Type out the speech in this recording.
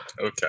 Okay